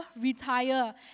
retire